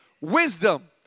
wisdom